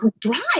drive